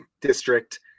district